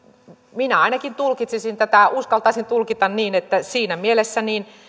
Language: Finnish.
minä ainakin uskaltaisin tulkita tätä niin että siinä mielessä